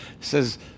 says